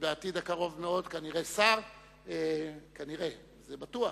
בעתיד הקרוב מאוד כנראה שר, כנראה, זה בטוח,